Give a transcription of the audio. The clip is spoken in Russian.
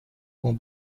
ему